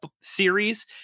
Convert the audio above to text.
series